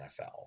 NFL